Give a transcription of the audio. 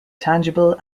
tangible